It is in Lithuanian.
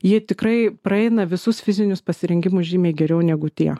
jie tikrai praeina visus fizinius pasirinkimus žymiai geriau negu tie